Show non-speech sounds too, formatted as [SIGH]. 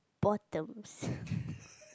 bottoms [LAUGHS]